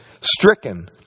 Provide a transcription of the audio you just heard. stricken